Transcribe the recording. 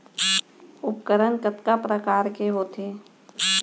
उपकरण कतका प्रकार के होथे?